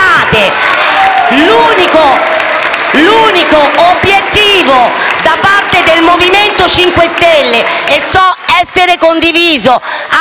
L'unico obiettivo da parte del MoVimento 5 Stelle, che so essere condiviso